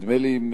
נדמה לי,